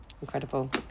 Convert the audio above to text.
Incredible